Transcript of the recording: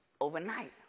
overnight